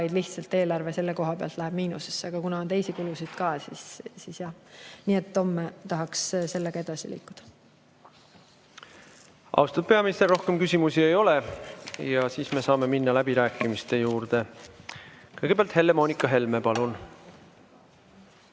vaid lihtsalt eelarve selle koha pealt läheb miinusesse, aga kuna on teisi kulusid ka, siis jah ... Nii et homme tahaks sellega edasi liikuda. Austatud peaminister, rohkem küsimusi ei ole. Saame minna läbirääkimiste juurde. Kõigepealt Helle-Moonika Helme. Palun!